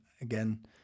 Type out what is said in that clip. again